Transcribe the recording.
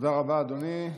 תודה רבה, אדוני.